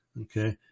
okay